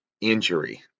injury